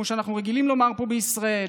כמו שאנחנו רגילים לומר פה בישראל.